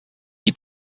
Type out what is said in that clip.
die